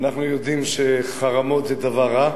אנחנו יודעים שחרמות זה דבר רע.